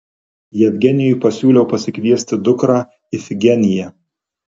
jevgenijui pasiūliau pasikviesti dukrą ifigeniją